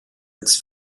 its